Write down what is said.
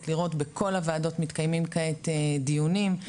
ולראות שבכל הוועדות מתקיימים כעת דיונים,